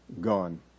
Gone